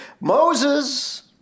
Moses